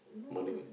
marine